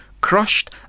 crushed